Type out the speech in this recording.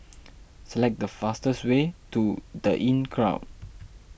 select the fastest way to the Inncrowd